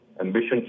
ambition